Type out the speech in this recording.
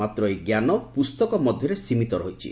ମାତ୍ର ଏହି ଜ୍ଞାନ ପୁସ୍ତକ ମଧ୍ୟରେ ସୀମିତ ରହିଛି